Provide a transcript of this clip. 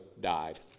died